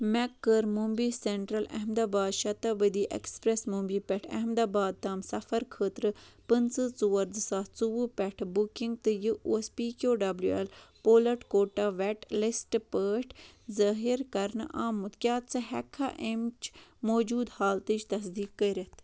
مےٚ کٔر مُمبیہِ central Ahmedabad Shatabdi express مُمبیہِ پٮ۪ٹھ احمد آباد تام سفرٕ خٲطرٕ پٕنٛژٕ ژور زٕ ساس ژوٚوُہ پٮ۪ٹھ بُکِنٛگ تہٕ یہ اوس P Q W L pooled quota wait list پٲٹھۍ ظٲہر کَرنہٕ آمُت کیٛاہ ژٕ ہؠککھا اَمِچ موجوٗدٕ حالتٕچ تصدیٖق کٔرِتھ